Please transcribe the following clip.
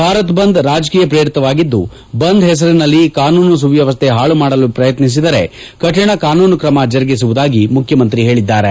ಭಾರತ್ ಬಂದ್ ರಾಜಕೀಯ ಪ್ರೇರಿತವಾಗಿದ್ದು ಬಂದ್ ಹೆಸರಿನಲ್ಲಿ ಕಾನೂನು ಸುವ್ಯವಸ್ಥೆ ಹಾಳುಮಾಡಲು ಪ್ರಯತ್ನಿಸಿದರೆ ಕಠಿಣ ಕಾನೂನು ಕ್ರಮ ಜರುಗಿಸುವುದಾಗಿ ಮುಖ್ಯಮಂತ್ರಿ ಹೇಳಿದ್ದಾರೆ